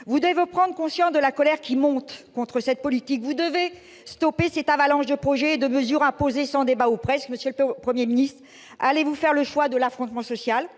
vous devez prendre conscience de la colère qui monte contre cette politique. Vous devez stopper cette avalanche de projets et de mesures imposés sans débat ou presque. Monsieur le premier ministre, allez-vous faire le choix de l'affrontement social ?